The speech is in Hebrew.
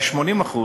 אולי 80%,